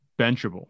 benchable